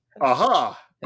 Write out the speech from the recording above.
Aha